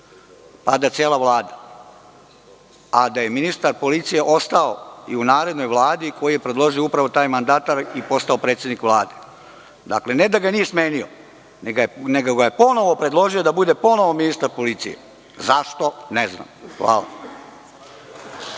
pada cela vlada, a da je ministar policije ostao i u narednoj vladi koju je predložio upravo taj mandatar i postao predsednik Vlade. Ne da ga nije smenio, nego ga je ponovo predložio da bude ponovo ministar policije. Zašto? Ne znam.